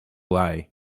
eye